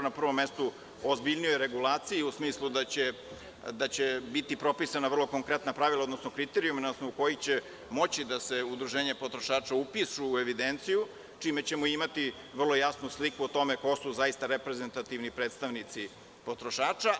Na prvom mestu ozbiljnijoj regulaciji, u smislu da će biti propisana vrlo konkretna pravila, odnosno kriterijumi na osnovu kojih će moći da se udruženja potrošača upišu u evidenciju, čime ćemo imati vrlo jasnu sliku o tome ko su zaista reprezentativni predstavnici potrošača.